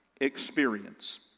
experience